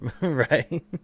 right